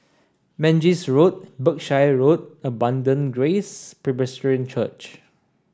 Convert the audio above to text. Mangis Road Berkshire Road and Abundant Grace Presbyterian Church